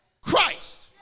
Christ